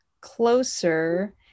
closer